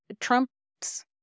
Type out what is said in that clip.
Trump's